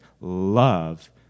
love